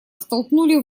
втолкнули